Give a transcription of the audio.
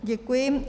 Děkuji.